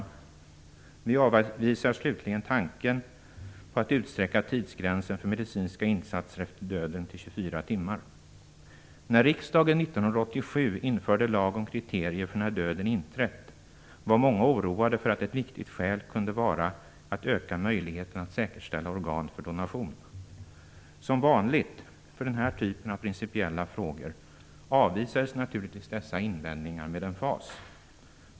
Slutligen avvisar vi tanken på att utsträcka tidsgränsen för medicinska insatser efter döden till 24 timmar. När riksdagen 1987 införde en lag om kriterier för när döden inträtt var många oroade för att ett viktigt skäl kunde vara att öka möjligheten att säkerställa organ för donation. Som vanligt för den här typen av principiella frågor avvisades naturligtvis dessa invändningar med emfas.